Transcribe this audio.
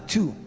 Two